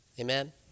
Amen